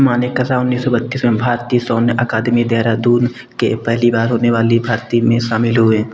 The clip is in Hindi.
मानेकशॉ उन्नीस सौ बत्तीस में भारतीय सैन्य अकादमी देहरादून के पहली बार होने वाली भरती में शामिल हुए